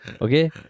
okay